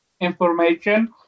information